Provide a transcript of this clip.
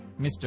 Mr